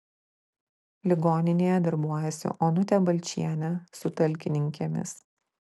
ligoninėje darbuojasi onutė balčienė su talkininkėmis